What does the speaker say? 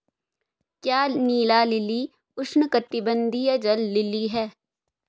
क्या नीला लिली उष्णकटिबंधीय जल लिली है?